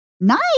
nice